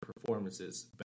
performances